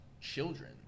children